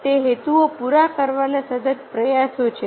તે હેતુઓ પૂરા કરવાના સતત પ્રયાસો છે